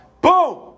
Boom